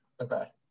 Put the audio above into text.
Okay